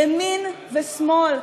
ימין ושמאל,